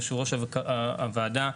יושבת-ראש הוועדה,